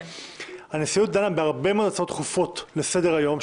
הנשיאות דנה בהרבה מאוד הצעות דחופות לסדר-היום,